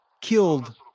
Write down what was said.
killed